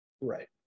right